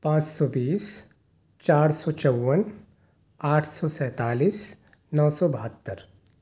پانچ سو بیس چار سو چون آٹھ سو سینتالیس نو سو بہتر